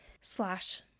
slash